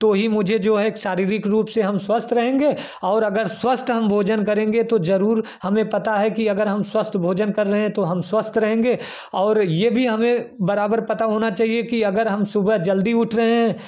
तो ही मुझे जो है एक शारीरक रूप से हम स्वस्थ रहेंगे और अगर स्वस्थ हम भोजन करेंगे तो ज़रूर हमें पता है कि अगर हम स्वस्थ भोजन कर रहे हैं तो हम स्वस्थ रहेंगे और यह भी हमें बराबर पता होना चाहिए कि अगर हम सुबह जल्दी उठ रहे हैं